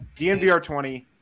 DNVR20